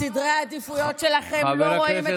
----- הם ההוכחה מה באמת חשוב לכם -- חנוך,